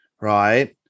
right